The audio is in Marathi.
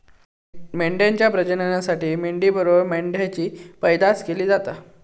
मेंढ्यांच्या प्रजननासाठी मेंढी बरोबर मेंढ्यांची पैदास केली जाता